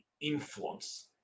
influence